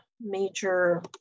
major